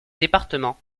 département